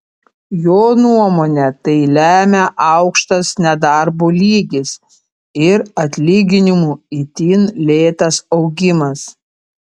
jo nuomone tai lemia aukštas nedarbo lygis ir atlyginimų itin lėtas augimas